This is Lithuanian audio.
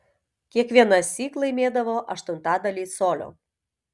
kiekvienąsyk laimėdavo aštuntadalį colio